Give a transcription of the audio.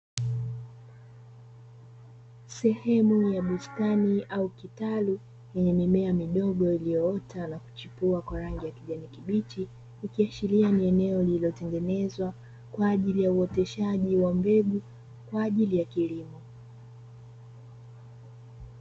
Sehemu ya bustani au kitalu yenye mimea midogo iliyoota na kuchipua kwa rangi ya kijani kibichi, ukiashiria ni eneo lililotengenezwa kwa ajili ya uoteshaji wa mbegu kwa ajili ya kilimo.